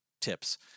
tips